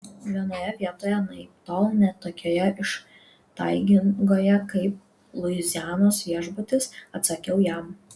vienoje vietoje anaiptol ne tokioje ištaigingoje kaip luizianos viešbutis atsakiau jam